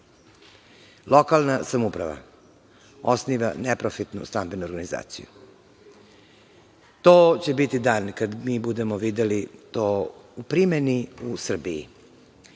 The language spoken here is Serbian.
Lokalna samouprava osniva neprofitnu stambenu organizaciju. To će biti dan kad mi budemo videli to u primeni u Srbiji.